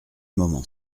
moment